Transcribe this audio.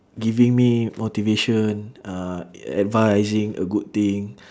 giving me motivation uh advising a good thing